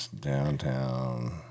downtown